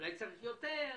אולי צריך יותר,